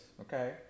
okay